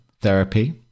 therapy